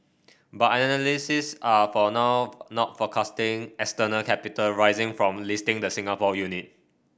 but analysts are for now not forecasting external capital raising from listing the Singapore unit